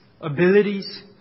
abilities